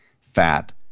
fat